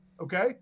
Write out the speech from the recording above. Okay